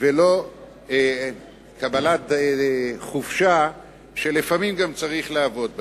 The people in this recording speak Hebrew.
ולא קבלת חופשה שלפעמים גם צריך לעבוד בה.